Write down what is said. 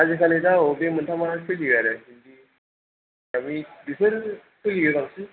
आजिखालि दा औ बे मोनथामा सोलियो आरो बिसोर सोलियो बांसिन